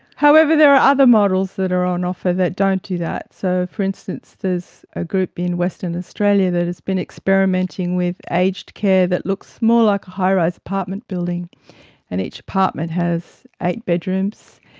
however, there are other models that are on offer that don't do that. so, for instance, there's a group in western australia that has been experimenting with aged care that looks more like a high-rise apartment building and each apartment has eight bedrooms,